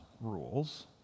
rules